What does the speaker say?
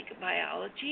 Biology